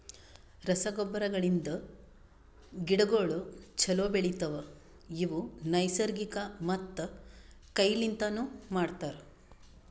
ರಸಗೊಬ್ಬರಗಳಿಂದ್ ಗಿಡಗೋಳು ಛಲೋ ಬೆಳಿತವ, ಇವು ನೈಸರ್ಗಿಕ ಮತ್ತ ಕೈ ಲಿಂತನು ಮಾಡ್ತರ